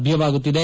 ಲಭ್ಯವಾಗುತ್ತಿದೆ